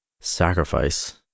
Sacrifice